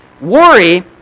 Worry